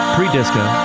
Pre-disco